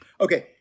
Okay